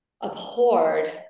abhorred